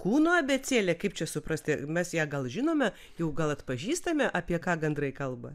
kūno abėcėlė kaip čia suprasti mes ją gal žinome jau gal atpažįstame apie ką gandrai kalba